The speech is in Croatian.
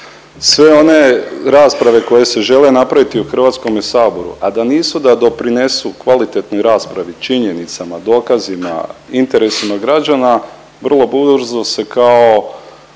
Sve one rasprave koje se žele napraviti u HS-u, a da nisu da doprinesu kvalitetnoj raspravi činjenicama, dokazima, interesima građana vrlo brzo se kao